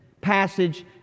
passage